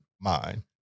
mind